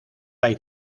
hay